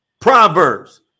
proverbs